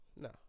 No